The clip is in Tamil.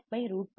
7 AF ஆகும்